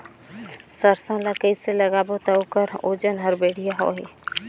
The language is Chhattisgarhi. सरसो ला कइसे लगाबो ता ओकर ओजन हर बेडिया होही?